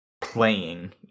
playing